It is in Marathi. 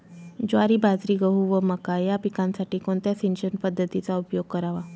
ज्वारी, बाजरी, गहू व मका या पिकांसाठी कोणत्या सिंचन पद्धतीचा उपयोग करावा?